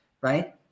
Right